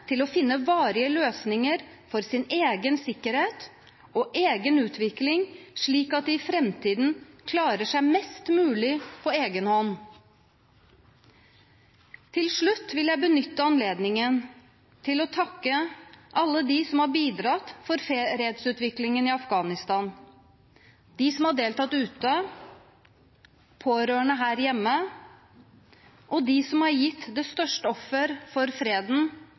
til å finne varige løsninger for sin egen sikkerhet og egen utvikling, slik at de i framtiden klarer seg mest mulig på egen hånd. Til slutt vil jeg benytte anledningen til å takke alle dem som har bidratt til fredsutviklingen i Afghanistan – de som har deltatt ute, pårørende her hjemme og de som har gitt det største offer for freden,